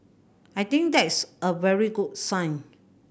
I think that is a very good sign